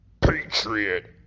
Patriot